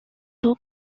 two